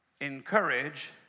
encourage